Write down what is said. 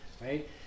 right